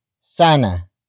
Sana